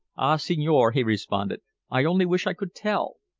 ah, signore! he responded, i only wish i could tell.